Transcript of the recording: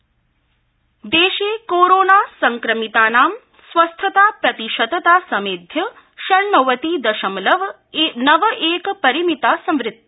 Covid देशे corona संक्रमितानां स्वस्थताप्रतिशतता समेध्य षण्णवतिदशमलव नवएक परिमिता संवृता